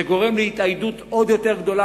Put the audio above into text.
זה גורם להתאדות עוד יותר גדולה,